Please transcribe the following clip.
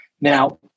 Now